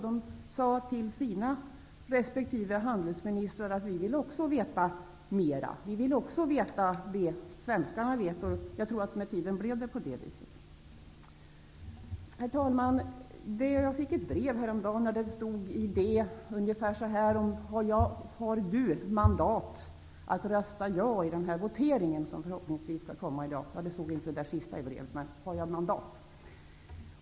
De sade till sina respektive handelsministrar att de också ville veta det vi svenskar visste. Med tiden tror jag att det också blev på det viset. Herr talman! Häromdagen fick jag ett brev där det ungefär stod: Har du mandat att rösta ja i EES voteringen?